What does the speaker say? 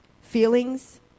feelings